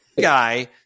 Guy